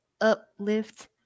uplift